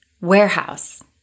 warehouse